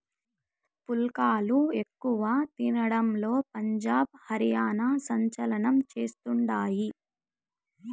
పుల్కాలు ఎక్కువ తినడంలో పంజాబ్, హర్యానా సంచలనం చేస్తండాయి